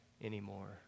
anymore